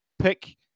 pick